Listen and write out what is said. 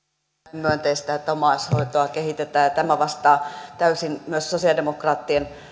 myönteistä että omaishoitoa kehitetään ja tämä vastaa täysin myös sosialidemokraattien